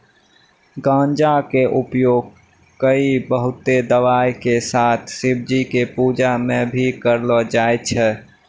गांजा कॅ उपयोग कई बहुते दवाय के साथ शिवजी के पूजा मॅ भी करलो जाय छै